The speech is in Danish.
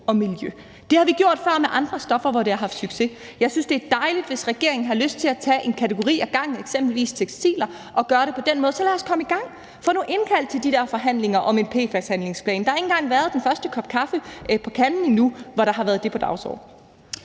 og miljø. Det har vi gjort før med andre stoffer, hvor det har haft succes. Jeg synes, det er dejligt, hvis regeringen har lyst til at tage en kategori ad gangen, eksempelvis tekstiler, og gøre det på den måde. Så lad os komme i gang – få nu indkaldt til de der forhandlinger om en PFAS-handlingsplan. Der har ikke engang været den første kop kaffe på kanden endnu, hvor der har været det på dagsordenen.